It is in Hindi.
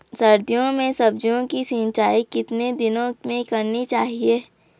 सर्दियों में सब्जियों की सिंचाई कितने दिनों में करनी चाहिए?